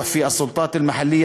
בשפה הערבית,